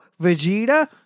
Vegeta